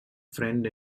friend